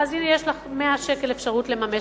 יש לך 100 שקלים זיכוי,